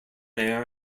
air